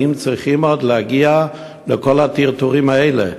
האם צריכים עוד להגיע לכל הטרטורים האלה?